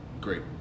great